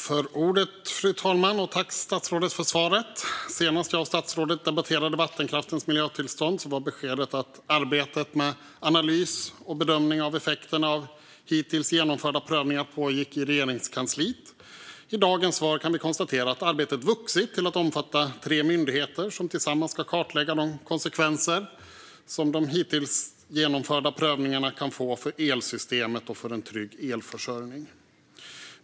Fru talman! Tack för svaret, statsrådet! Senast jag och statsrådet debatterade vattenkraftens miljötillstånd var beskedet att arbetet med analys och bedömning av effekterna av hittills genomförda prövningar pågick i Regeringskansliet. Utifrån dagens svar kan vi konstatera att arbetet har vuxit till att omfatta tre myndigheter, som tillsammans ska kartlägga de konsekvenser som de hittills genomförda prövningarna kan få för elsystemet och en trygg elförsörjning.